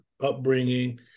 upbringing